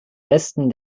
westen